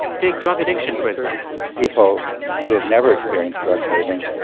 take drug addiction, for example people who have never experienced drug craving,